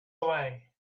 away